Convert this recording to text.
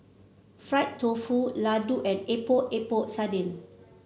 Fried Tofu laddu and Epok Epok Sardin